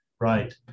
Right